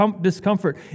discomfort